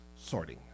Sorting